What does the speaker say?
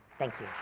thank you.